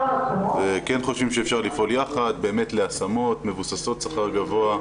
וכן חושבים שאפשר לפעול ביחד להשמות מבוססות שכר גבוה,